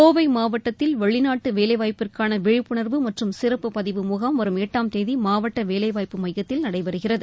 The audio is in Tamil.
கோவை மாவட்டத்தில் வெளிநாட்டு வேலைவாய்ப்பிற்கான விழிப்புணர்வு மற்றும் சிறப்பு பதிவு ழுகாம் வரும் எட்டாம் தேதி மாவட்ட வேலைவாய்ப்பு மையத்தில் நடைபெறுகிறது